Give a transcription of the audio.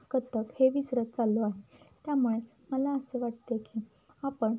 कथ्थक हे विसरत चाललो आहे त्यामुळे मला असे वाटते की आपण